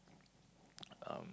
um